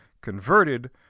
converted